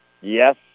Yes